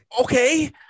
Okay